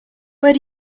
where